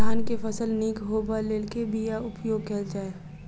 धान केँ फसल निक होब लेल केँ बीया उपयोग कैल जाय?